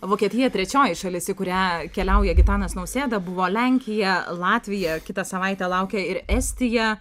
vokietija trečioji šalis į kurią keliauja gitanas nausėda buvo lenkija latvija kitą savaitę laukia ir estija